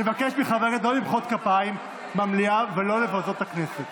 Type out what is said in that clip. אני מבקש מחברי הכנסת לא למחוא כפיים במליאה ולא לבזות את הכנסת.